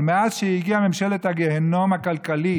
אבל מאז שהגיעה ממשלת הגיהינום הכלכלי